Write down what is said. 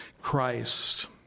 Christ